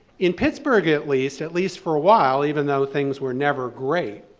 in pittsburgh, at least, at least for a while, even though things were never great,